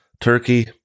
Turkey